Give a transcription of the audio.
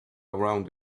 around